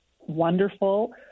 wonderful